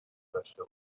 داشته